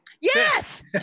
Yes